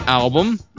Album